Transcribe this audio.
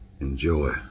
enjoy